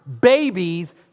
babies